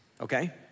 okay